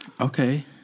Okay